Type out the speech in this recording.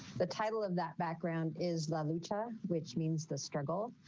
the title of that background is lucha which means the struggle.